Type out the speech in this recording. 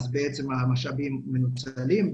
המשאבים מנוצלים.